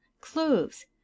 Cloves